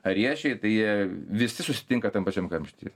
ar riešėj tai jie visi susitinka tam pačiam kamštyje